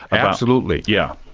absolutely, yeah